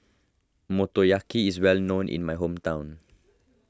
Motoyaki is well known in my hometown